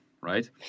right